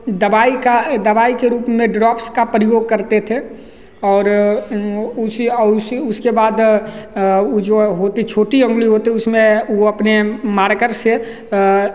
दवाई का दवाई के रूप में ड्रॉप्स का प्रयोग करते थे और उसी उस उसके बाद वो जो होती छोटी अंगुली होती उसमें वो अपने मारकर से अह